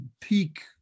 peak